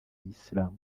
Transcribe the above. islam